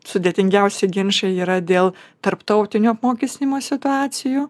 sudėtingiausi ginčai yra dėl tarptautinio apmokestinimo situacijų